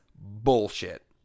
bullshit